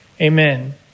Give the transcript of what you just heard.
amen